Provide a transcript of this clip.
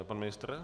Pan ministr?